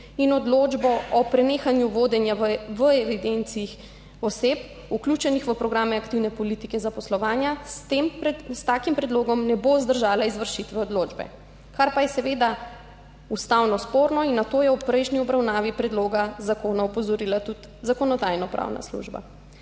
in odločbo o prenehanju vodenja v evidenci oseb, vključenih v programe aktivne politike zaposlovanja, s takim predlogom ne bo vzdržala izvršitve odločbe, kar pa je seveda ustavno sporno. Na to je v prejšnji obravnavi predloga zakona opozorila tudi Zakonodajno-pravna služba.